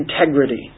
integrity